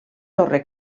torre